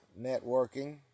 networking